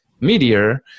Meteor